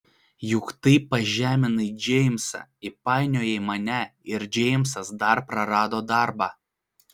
juk taip pažeminai džeimsą įpainiojai mane ir džeimsas dar prarado darbą